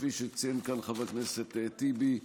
כפי שציין כאן חבר הכנסת טיבי,